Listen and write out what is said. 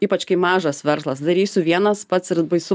ypač kai mažas verslas darysiu vienas pats ir baisu